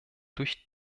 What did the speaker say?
durch